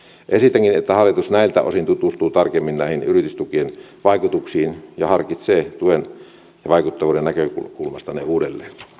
esitänkin että hallitus näiltä osin tutustuu tarkemmin näihin yritystukien vaikutuksiin ja harkitsee tuen ja vaikuttavuuden näkökulmasta niitä uudelleen